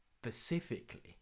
specifically